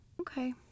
Okay